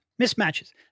mismatches